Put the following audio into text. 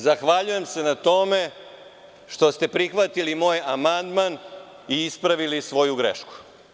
Zahvaljujem se na tome što ste prihvatili moj amandman i ispravili svoju grešku.